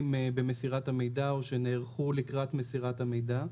במסירת המידע או שנערכו לקראת מסירת המידע.